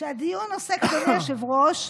שהדיון עוסק, אדוני היושב-ראש,